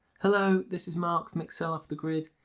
hello, this is mark from excel off the grid.